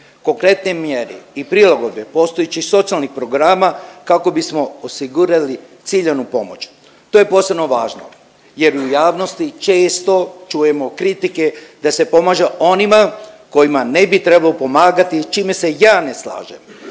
Konkretne mjere i prilagodbe postojećih socijalnih programa kako bismo osigurali ciljanu pomoć. To je posebno važno jer u javnosti često čujemo kritike da se pomaže onima kojima ne bi trebalo pomagati s čime se ja ne slažem.